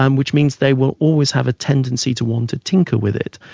um which means they will always have a tendency to want to tinker with it.